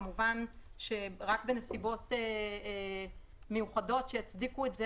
כמובן שרק בנסיבות מיוחדות שיצדיקו את זה